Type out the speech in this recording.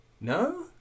No